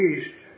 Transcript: East